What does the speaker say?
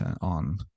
on